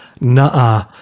nah